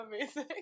amazing